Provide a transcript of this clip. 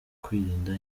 kwirinda